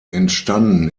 entstanden